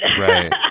Right